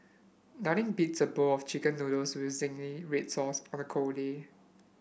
nothing beats a bowl of chicken noodles with zingy read sauce on a cold day